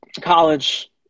college